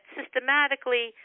systematically